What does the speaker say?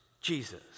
Jesus